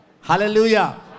Hallelujah